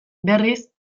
berriz